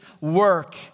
work